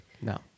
No